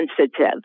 sensitive